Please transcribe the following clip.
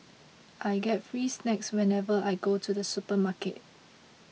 I get free snacks whenever I go to the supermarket